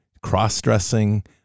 cross-dressing